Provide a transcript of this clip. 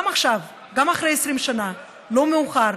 גם עכשיו, גם אחרי 20 שנה, לא מאוחר.